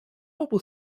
obu